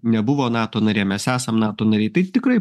nebuvo nato narė mes esam nato nariai tai tikrai